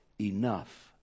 enough